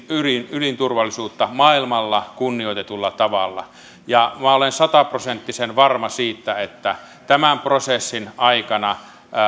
ydinturvallisuutta maailmalla kunnioitetulla tavalla minä olen sataprosenttisen varma siitä että tämän prosessin aikana